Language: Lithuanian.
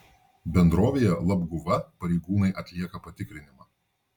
bendrovėje labguva pareigūnai atlieka patikrinimą